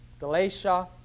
Galatia